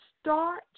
Start